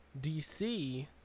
DC